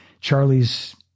Charlie's